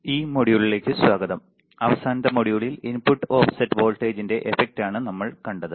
ഈ മൊഡ്യൂളിലേക്ക് സ്വാഗതം അവസാന മൊഡ്യൂളിൽ ഇൻപുട്ട് ഓഫ്സെറ്റ് വോൾട്ടേജിന്റെ effect ആണ് നമ്മൾ കണ്ടത്